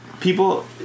people